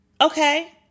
Okay